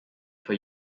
for